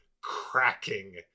cracking